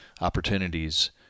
opportunities